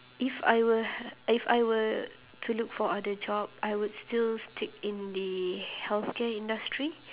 if I were if I were to look for other job I would still stick in the healthcare industry